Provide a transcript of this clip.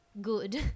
good